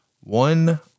one